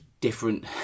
different